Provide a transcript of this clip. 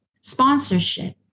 sponsorship